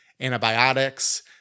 antibiotics